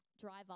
driver